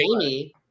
Jamie